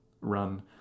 run